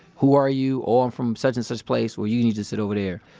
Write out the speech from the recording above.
who are you? oh, i'm from such and such place. well, you need to sit over there.